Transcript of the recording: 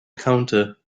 counter